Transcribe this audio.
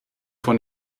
von